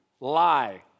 lie